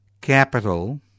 capital